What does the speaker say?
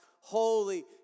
holy